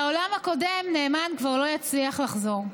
לעולם הקודם נאמן כבר לא יצליח לחזור.